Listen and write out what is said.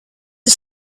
the